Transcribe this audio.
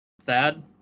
Thad